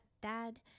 dad